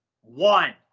one